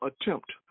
attempt